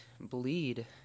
bleed